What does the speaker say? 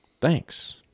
Thanks